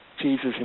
Jesus